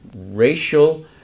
racial